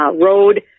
road